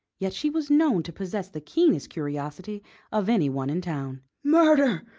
yet she was known to possess the keenest curiosity of any one in town. murder!